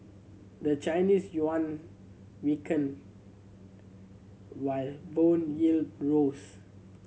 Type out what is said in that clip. the Chinese yuan weakened while bond yield rose